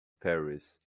paris